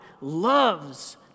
loves